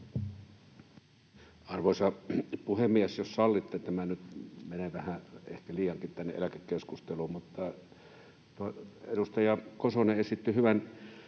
Arvoisa puhemies! Jos sallitte, niin minä nyt menen ehkä vähän liikaakin tähän eläkekeskusteluun. Edustaja Kosonen esitti hyvän